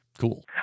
cool